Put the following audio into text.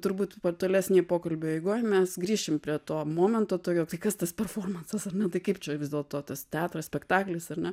turbūt tolesnėj pokalbio eigoj mes grįšim prie to momento tokio tai kas tas performansas ar ne tai kaip čia vis dėlto tas teatras spektaklis ar ne